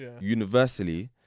universally